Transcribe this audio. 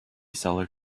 seller